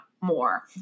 more